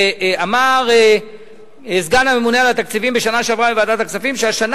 אמר סגן הממונה על התקציבים בשנה שעברה בוועדת הכספים שהשנה